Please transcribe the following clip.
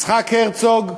יצחק הרצוג,